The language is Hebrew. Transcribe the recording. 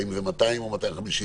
האם זה 200 או 250,